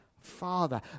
Father